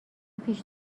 پیش